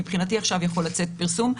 מבחינתי עכשיו יכול לצאת פרסום.